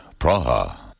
Praha